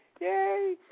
Yay